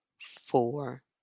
four